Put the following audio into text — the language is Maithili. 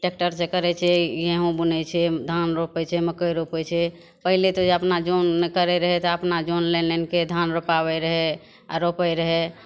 टैक्टर से करै छै गेहूँ बुनै छै धान रोपै छै मकइ रोपै छै पहिले तऽ अपना जोन नहि करै रहै तऽ अपना जोन लैन लैनके अपना धान रोपाबै रहै आ रोपै रहै